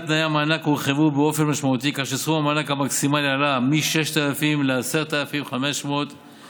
מהמוסד לביטוח לאומי עבור אוכלוסיות מוחלשות.